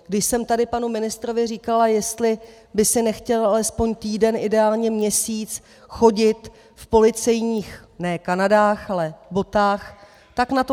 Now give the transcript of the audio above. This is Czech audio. Když jsem tady panu ministrovi říkala, jestli by si nechtěl alespoň týden, ideálně měsíc, chodit v policejních ne kanadách, ale botách, tak na to nereagoval.